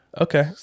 Okay